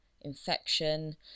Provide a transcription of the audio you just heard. infection